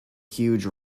huge